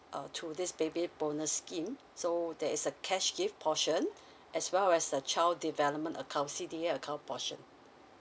uh through this baby bonus scheme so there is a cash gift portion as well as a child development account C_D_A account portion